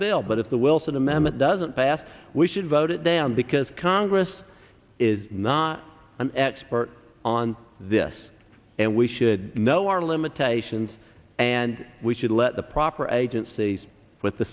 bill but if the wilson amendment doesn't path we should vote it down because congress is not an expert on this and we should know our limitations and we should let the proper agencies with the